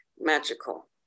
magical